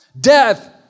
Death